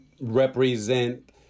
represent